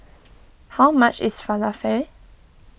how much is Falafel